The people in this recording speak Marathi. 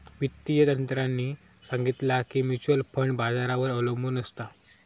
वित्तिय तज्ञांनी सांगितला की म्युच्युअल फंड बाजारावर अबलंबून असता